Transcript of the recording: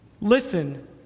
Listen